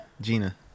Gina